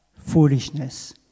foolishness